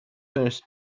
finished